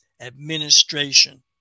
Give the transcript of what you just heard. Administration